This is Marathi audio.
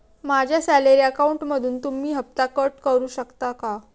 माझ्या सॅलरी अकाउंटमधून तुम्ही हफ्ता कट करू शकता का?